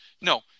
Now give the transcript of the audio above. No